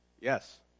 Yes